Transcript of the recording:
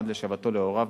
עד השבתו להוריו,